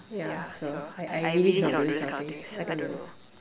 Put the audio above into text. yeah so I I really cannot do this kind of things I don't know